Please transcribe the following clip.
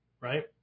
right